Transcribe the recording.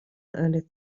only